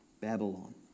Babylon